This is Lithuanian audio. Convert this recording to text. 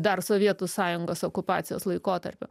dar sovietų sąjungos okupacijos laikotarpiu